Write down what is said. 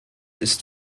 ist